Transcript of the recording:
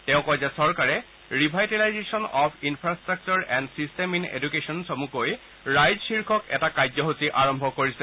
তেওঁ কয় যে চৰকাৰে revitalisation of infrastructure and system in education চমুকৈ ৰাইজ শীৰ্যক এটা কাৰ্যসূচী আৰম্ভ কৰিছে